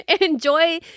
Enjoy